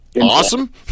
Awesome